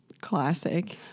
Classic